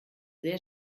sehr